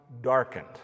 darkened